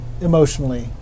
emotionally